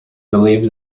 believed